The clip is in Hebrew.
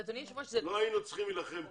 לא היינו צריכים להילחם פה.